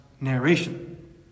narration